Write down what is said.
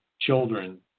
children